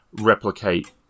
replicate